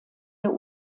der